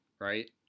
right